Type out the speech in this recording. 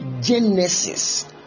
genesis